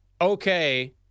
okay